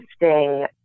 interesting